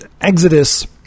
Exodus